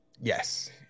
Yes